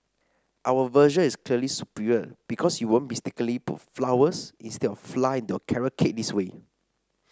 our version is clearly superior because you won't mistakenly put flowers instead of flour into your carrot cake this way